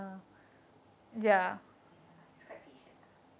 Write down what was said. ya he's quite patient lah